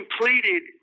completed